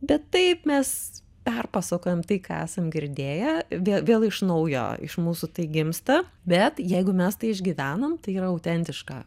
bet taip mes perpasakojam tai ką esam girdėję vė vėl iš naujo iš mūsų tai gimsta bet jeigu mes tai išgyvenome tai yra autentiška